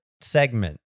segment